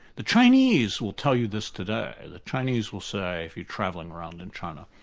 the chinese will tell you this today the chinese will say if you're travelling around in china,